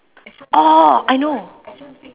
orh I know